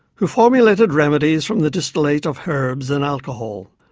who formulated remedies from the distillate of herbs in alcohol.